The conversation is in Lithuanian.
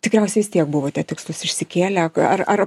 tikriausiai vis tiek buvote tikslus išsikėlę ar ar